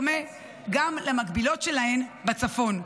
גם למקבילות שלהן בצפון,